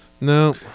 No